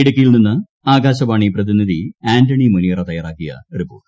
ഇടുക്കിയിൽ നിന്ന് ആകാശവാണി പ്രതിനിധി ആന്റണി മുനിയറ തയ്യാറാക്കിയ റിപ്പോർട്ട്